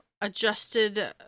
adjusted